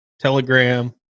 Telegram